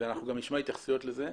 ואנחנו גם נשמע התייחסויות לזה,